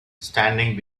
standing